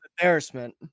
embarrassment